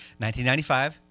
1995